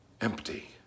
empty